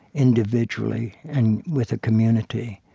individually and with a community.